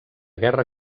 guerra